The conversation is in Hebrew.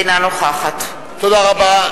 אינה נוכחת תודה רבה.